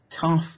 tough